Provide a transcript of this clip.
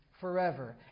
forever